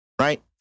right